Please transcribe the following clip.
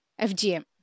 FGM